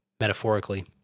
metaphorically